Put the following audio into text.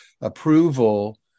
approval